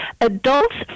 Adults